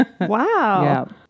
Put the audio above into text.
Wow